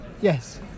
Yes